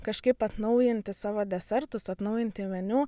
kažkaip atnaujinti savo desertus atnaujinti meniu